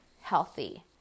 healthy